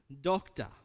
doctor